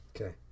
Okay